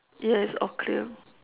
yes all clear